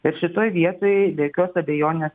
ir šitoj vietoj be jokios abejonės